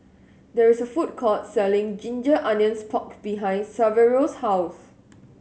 there is a food court selling ginger onions pork behind Saverio's house